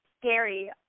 scary